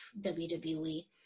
WWE